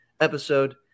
episode